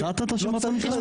נתת, נתת את השמות שלהם?